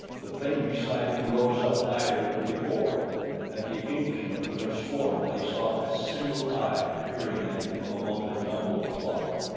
the thing beside him rose up higher than before and the englishman could have sworn that he saw a single eye peering at him from among the tumbled cloth.